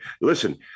Listen